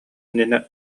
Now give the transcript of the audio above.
иннинэ